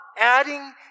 adding